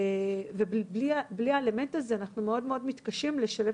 ובלי האלמנט הזה אנחנו מאוד מאוד מתקשים לשלב